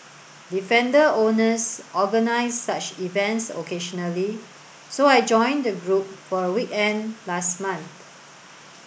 defender owners organise such events occasionally so I joined the group for a weekend last month